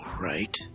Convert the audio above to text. right